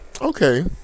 okay